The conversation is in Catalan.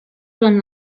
durant